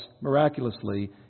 miraculously